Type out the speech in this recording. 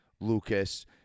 Lucas